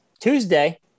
Tuesday